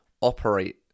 operate